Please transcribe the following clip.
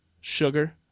sugar